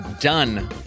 done